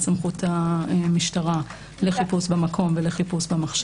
סמכות המשטרה לחיפוש במקום ולחיפוש במחשב.